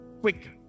quick